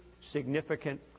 significant